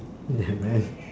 yeah man